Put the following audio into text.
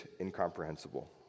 incomprehensible